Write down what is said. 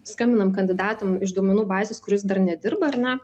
skambinam kandidatam iš duomenų bazės kuris dar nedirba ar ne